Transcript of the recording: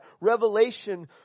revelation